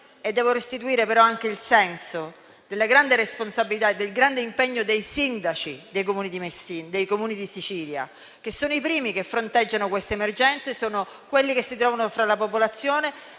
ma devo restituire anche il senso della grande responsabilità e del grande impegno dei sindaci dei Comuni della Sicilia, che sono i primi a fronteggiare quest'emergenza, si trovano tra la popolazione